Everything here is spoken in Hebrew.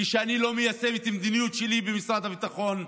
כשאני לא מיישם את המדיניות שלי במשרד הביטחון.